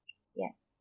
ya